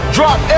Drop